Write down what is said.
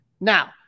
Now